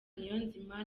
niyonzima